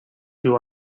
due